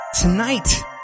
Tonight